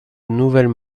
nouvelles